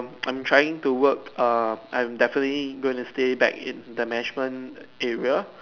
I'm trying to work err I'm definitely going to stay back in the management area